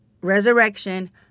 resurrection